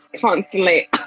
constantly